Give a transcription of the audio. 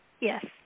Yes